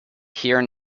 here